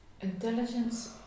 Intelligence